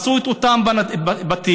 הרסו את אותם בתים,